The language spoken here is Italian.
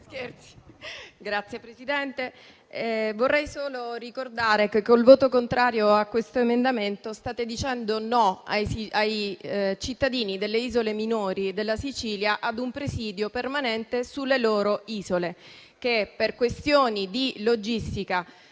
Signor Presidente, vorrei solo ricordare che, con il voto contrario a questo emendamento, state dicendo "no" ai cittadini delle isole minori della Sicilia a un presidio permanente sulle loro isole, che per questioni di logistica